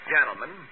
Gentlemen